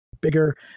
bigger